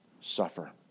suffer